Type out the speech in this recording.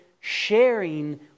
sharing